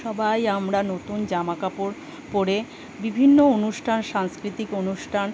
সবাই আমরা নতুন জামাকাপড় পরে বিভিন্ন অনুষ্ঠান সাংস্কৃতিক অনুষ্ঠান